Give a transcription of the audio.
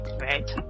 right